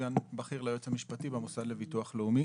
סגן בכיר ליועץ המשפטי במוסד לביטוח לאומי.